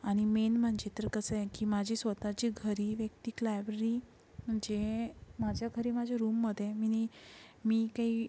आणि मेन म्हणजे तर कसं आहे की माझी स्वतःचे घरी व्यक्तिगत लायब्ररी जे माझ्या घरी माझ्या रूममध्ये मीनी मी काही